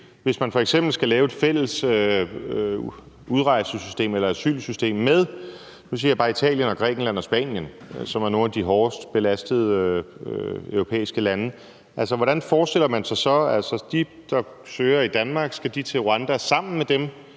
hvis man f.eks. skal lave et fælles udrejsesystem eller asylsystem med, og nu siger jeg bare Italien, Grækenland og Spanien, som er nogle af de hårdest belastede europæiske lande? Hvordan forestiller man sig det så? Skal de mennesker, der søger i Danmark, til Rwanda sammen med de